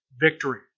victory